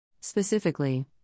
Specifically